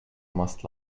must